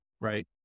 right